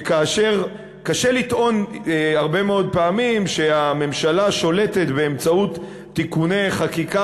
קשה לטעון הרבה מאוד פעמים שהממשלה שולטת באמצעות תיקוני חקיקה